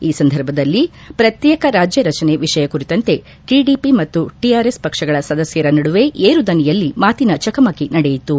ಈ ಸಂದರ್ಭದಲ್ಲಿ ಪ್ರತ್ನೇಕ ರಾಜ್ಯ ರಚನೆ ವಿಷಯ ಕುರಿತಂತೆ ಟಡಿಪಿ ಮತ್ತು ಟಿಆರ್ಎಸ್ ಪಕ್ಷಗಳ ಸದಸ್ಟರ ನಡುವೆ ಏರು ದನಿಯಲ್ಲಿ ಮಾತಿನ ಚಕಮಕಿ ನಡೆಯಿತು